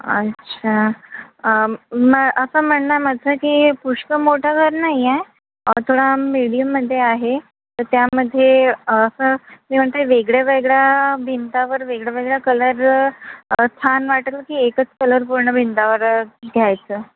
अच्छा मग असं म्हणा माझं की पुष्कळ मोठं घर नाही आहे थोडा मीडियममध्ये आहे तर त्यामध्ये असं मी म्हणते वेगळ्या वेगळ्या भिंतीवर वेगळं वेगळं कलर छान वाटेल की एकच कलर पूर्ण भिंतीवर घ्यायचं